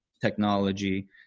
technology